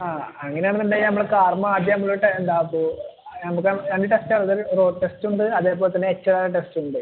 ആ അങ്ങനെ ആണെന്നുണ്ടെങ്കിൽ നമ്മള് കാറുമ്മേൽ ആദ്യം നമ്മളൊരു ട ഇതാക്കും നമുക്ക് രണ്ട് ടെസ്റ്റ് ഉള്ളത് റോഡ് ടെസ്റ്റ് ഉണ്ട് അതേപോലെ തന്നെ ടെസ്റ്റ് ഉണ്ട്